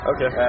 Okay